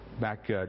back